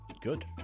Good